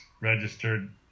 registered